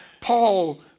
Paul